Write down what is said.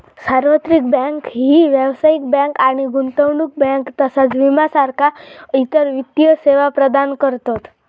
सार्वत्रिक बँक ही व्यावसायिक बँक आणि गुंतवणूक बँक तसाच विमा सारखा इतर वित्तीय सेवा प्रदान करतत